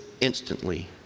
instantly